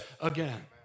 again